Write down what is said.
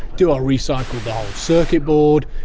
do i recycle the whole circuit board?